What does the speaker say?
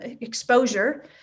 exposure